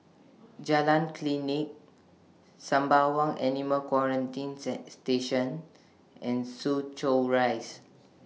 Jalan Klinik Sembawang Animal Quarantine Station and Soo Chow Rise